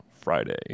Friday